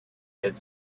had